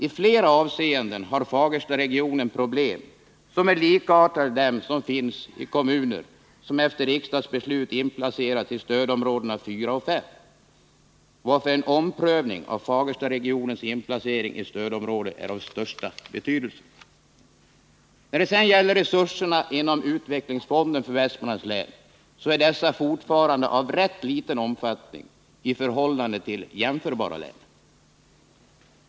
I flera avseenden har Fagerstaregionen problem som är likartade dem som finns i kommuner som efter riksdagsbeslut inplacerats i stödområdena 4 och 5, varför en omprövning av Fagerstaregionens inplacering i stödområde är av största betydelse. När det sedan gäller resurserna inom utvecklingsfonden för Västmanlands län, så är dessa fortfarande av rätt liten omfattning i förhållande till jämförbara län.